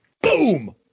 boom